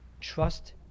trust